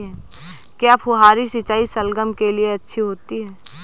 क्या फुहारी सिंचाई शलगम के लिए अच्छी होती है?